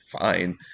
fine